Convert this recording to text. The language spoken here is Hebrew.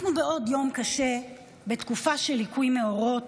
אנחנו בעוד יום קשה בתקופה של ליקוי מאורות